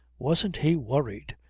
wasn't he worried!